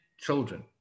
children